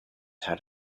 had